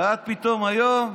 ואת פתאום היום: